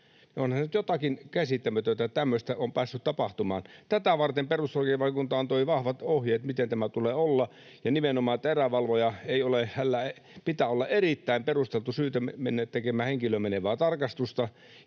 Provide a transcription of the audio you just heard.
Onhan se nyt jotakin käsittämätöntä, että tämmöistä on päässyt tapahtumaan. Tätä varten perustuslakivaliokunta antoi vahvat ohjeet, miten tämän tulee olla, ja nimenomaan, että erävalvojalla pitää olla erittäin perusteltu syy mennä tekemään henkilöön menevää tarkastusta.